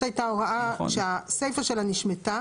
פשוט הייתה הוראה שהסיפה שלה נשמטה